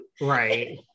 right